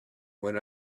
when